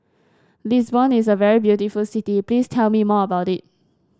Lisbon is a very beautiful city please tell me more about it